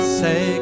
say